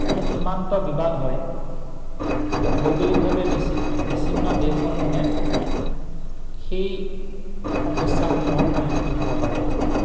কোনো সীমান্ত বিবাদ হয় তো ভৌগোলিকভাৱে বিচ্চিন্ন দেশসমূহে সেই সমস্যাসমূহৰ সন্মুখীন হ'ব পাৰে